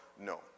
No